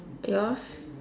yours